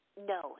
No